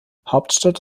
hauptstadt